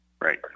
Right